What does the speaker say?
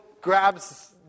grabs